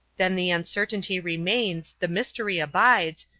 then the uncertainty remains, the mystery abides,